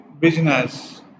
business